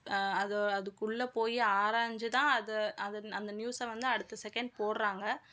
அது அதுக்குள்ளே போய் ஆராய்ஞ்சி தான் அதை அதை அந்த நியூஸை வந்து அடுத்த சக்கெண்ட் போடுறாங்க